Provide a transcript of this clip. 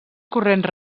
corrents